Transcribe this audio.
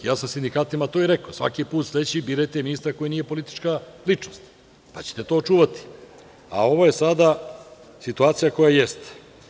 Ja sam sindikatima to i rekao – svaki put sledeći birajte ministra koji nije politička ličnost, pa ćete to očuvati, a ovo je sada situacija koja jeste.